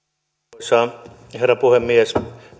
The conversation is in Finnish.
arvoisa herra puhemies